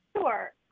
sure